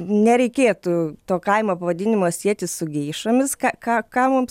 nereikėtų to kaimo pavadinimo sieti su geišomis ką ką kam mums